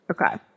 Okay